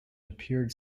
appeared